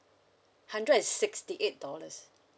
hundred and sixty eight dollars